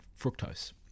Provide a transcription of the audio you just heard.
fructose